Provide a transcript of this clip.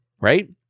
right